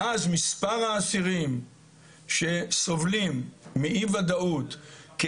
ואז מספר האסירים שסובלים מאי ודאות כי